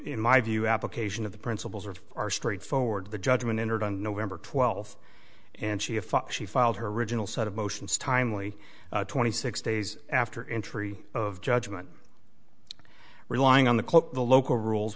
in my view application of the principles of our straightforward the judgment entered on november twelfth and she if she filed her original set of motions timely twenty six days after entry of judgment relying on the quote the local rules